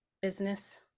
business